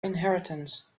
inheritance